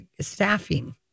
staffing